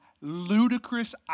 ludicrous